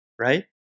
right